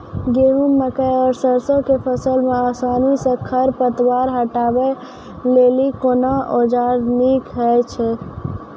गेहूँ, मकई आर सरसो के फसल मे आसानी सॅ खर पतवार हटावै लेल कून औजार नीक है छै?